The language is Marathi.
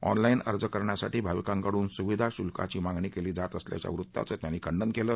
ऑनलाईन अर्ज करण्यासाठी भाविकांकडून सुविधा शुल्काची मागणी केली जात असल्याच्या वृत्ताचं त्यांनी खंडन केलं